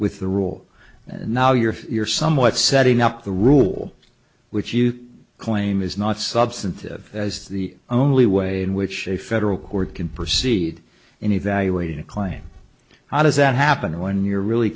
with the rule and now you're somewhat setting up the rule which you claim is not substantive as the only way in which a federal court can proceed in evaluating a claim how does that happen when you're really